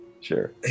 Sure